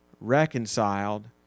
reconciled